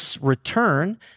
return